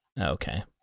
okay